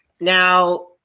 Now